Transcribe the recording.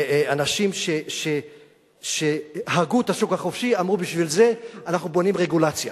אנשים שהרגו את השוק החופשי אמרו: בשביל זה אנחנו בונים רגולציה,